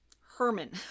Herman